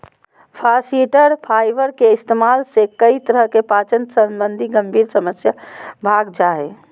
फास्इटर फाइबर के इस्तेमाल से कई तरह की पाचन संबंधी गंभीर समस्या भाग जा हइ